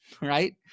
right